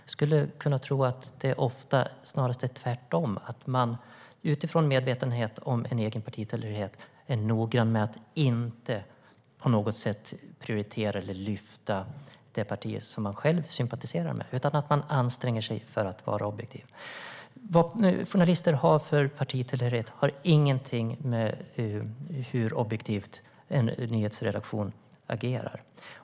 Jag skulle tro att det ofta snarare är tvärtom, att man utifrån medvetenheten om sin egen partitillhörighet är noggrann med att inte på något sätt prioritera eller lyfta fram det parti som man själv sympatiserar med utan anstränger sig för att vara objektiv. Vad journalister har för partitillhörighet har ingenting att göra med hur objektivt en nyhetsredaktion agerar.